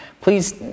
please